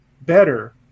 better